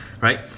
right